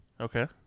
Okay